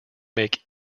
make